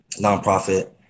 nonprofit